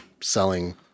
selling